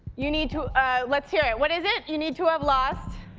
you need to let's hear it, what is it? you need to have lost